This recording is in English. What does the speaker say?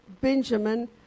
Benjamin